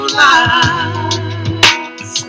lies